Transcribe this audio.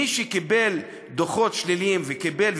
מי שקיבל דוחות שליליים וקיבל,